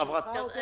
זו בקשה שלך, עודד?